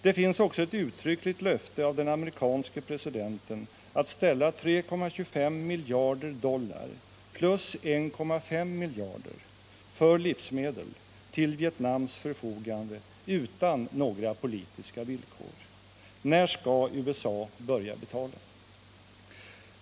Det finns också ett uttryckligt löfte av den amerikanske presidenten att ställa 3,25 miljarder dollar plus 1,5 miljarder för livsmedel till Vietnams förfogande ”utan några politiska villkor”. När skall USA börja betala?